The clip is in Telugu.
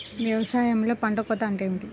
వ్యవసాయంలో పంట కోత అంటే ఏమిటి?